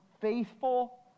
faithful